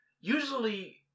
Usually